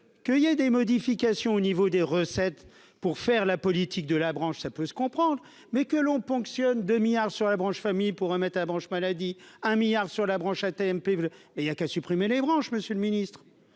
que il y a des modifications au niveau des recettes pour faire la politique de la branche, ça peut se comprendre, mais que l'on ponctionne 2 milliards sur la branche famille pour un remettre à la branche maladie, un milliard sur la branche AT-MP et il y a qu'à supprimer les branches Monsieur le Ministre,